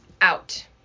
out